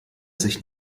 sich